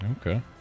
Okay